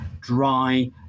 dry